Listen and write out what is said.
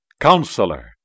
Counselor